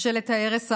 ממשלת ההרס הראשונה,